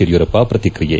ಯಡಿಯೂರಪ್ಪ ಪ್ರತಿಕ್ರಿಯೆ